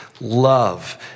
love